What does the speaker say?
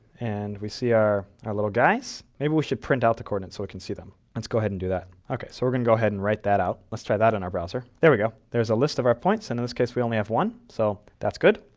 and we see our our little guys. guys. maybe we should print out the coordinates so we can see them. let's go ahead and do that. okay, we're going to go ahead and write that out. let's try that in our browser. there we go. there's a list of our points, and in this case we only have one. so that's good.